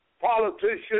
politicians